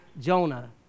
jonah